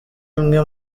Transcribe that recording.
imwe